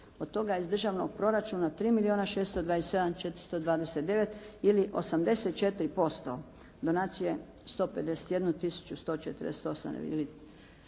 Od toga iz državnog proračuna 3 milijuna 627 429 ili 84%, donacije 151 tisuću